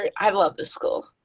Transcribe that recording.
i love this school.